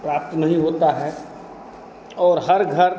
प्राप्त नहीं होता है और हर घर